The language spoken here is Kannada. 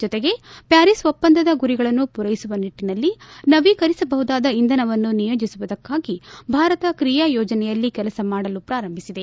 ಜತೆಗೆ ಪ್ಟಾರಿಸ್ ಒಪ್ಪಂದದ ಗುರಿಗಳನ್ನು ಪೂರೈಸುವ ನಿಟ್ಟನಲ್ಲಿ ನವೀಕರಿಸಬಹುದಾದ ಇಂಧನವನ್ನು ನಿಯೋಜಿಸುವುದಕ್ಕಾಗಿ ಭಾರತ ಕ್ರೀಯಾ ಯೋಜನೆಯಲ್ಲಿ ಕೆಲಸ ಮಾಡಲು ಪ್ರಾರಂಭಿಸಿದೆ